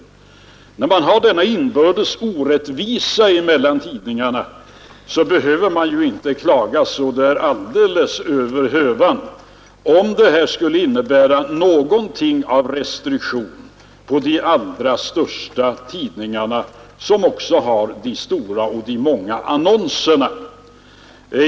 När denna inbördes orättvisa mellan tidningarna finns behöver man inte klaga över hövan om annonsskatten skulle innebära en viss restriktion för de allra största tidningarna, som också har de stora och de många annonserna.